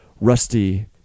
Rusty